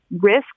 risk